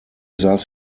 saß